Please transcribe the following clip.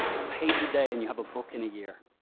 a page a day and you have a book in a year.